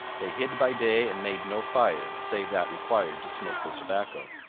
they hid by day and made no fire, save that required to smoke their tobacco.